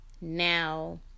Now